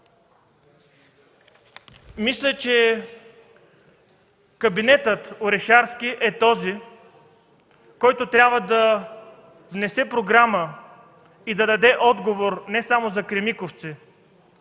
Мисля, че кабинетът Орешарски е този, който трябва да внесе програма и даде отговор не само за „Кремиковци”,